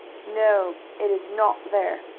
no, it is not there.